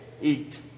eat